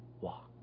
walk